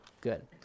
good